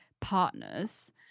partners